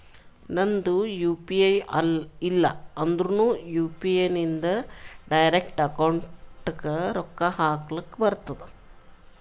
ನಂದ್ U P I ಇಲ್ಲ ಅಂದುರ್ನು ಯು.ಪಿ.ಐ ಇಂದ್ ಡೈರೆಕ್ಟ್ ಅಕೌಂಟ್ಗ್ ರೊಕ್ಕಾ ಹಕ್ಲಕ್ ಬರ್ತುದ್